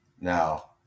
Now